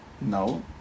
No